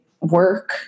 work